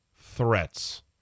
threats